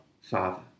Father